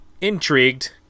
intrigued